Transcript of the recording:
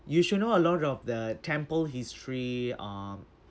you should know a lot of the temple history um